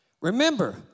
Remember